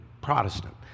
Protestant